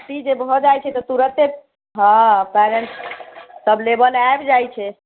छुट्टी जे भऽ जाइ छै तऽ तुरत्ते हॅं कारण सब लेबा लए आबि जाइ छ़ै